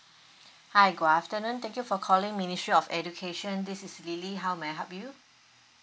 hi good afternoon thank you for calling ministry of education this is lily how may I help you